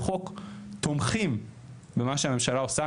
תומכים במה שהממשלה עושה,